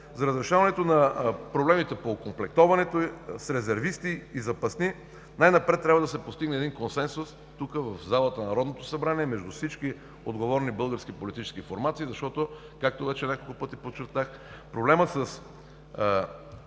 за разрешаването на проблемите по окомплектоването с резервисти и запасни най-напред трябва да се постигне консенсус тук, в залата на Народното събрание, между всички отговорни български политически формации. Както вече няколко пъти подчертах, проблемът със